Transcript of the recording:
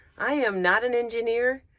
i am not an engineer,